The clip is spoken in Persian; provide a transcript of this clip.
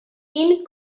این